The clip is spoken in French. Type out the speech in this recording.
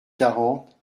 quarante